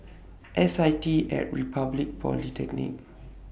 S I T At Republic Polytechnic